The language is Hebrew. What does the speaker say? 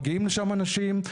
מגיעים לשם אנשים.